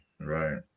Right